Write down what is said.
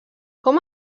com